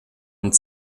und